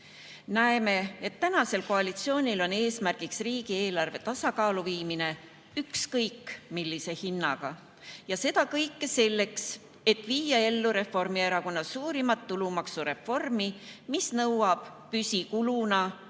Näeme, et tänasel koalitsioonil on eesmärgiks riigieelarve tasakaalu viimine ükskõik millise hinnaga, ja seda kõike selleks, et viia ellu Reformierakonna suurimat tulumaksureformi, mis nõuab püsikuluna